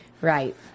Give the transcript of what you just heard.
right